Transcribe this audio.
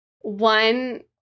one